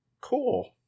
cool